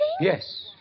Yes